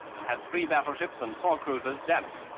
and had three battleships and four cruisers damaged.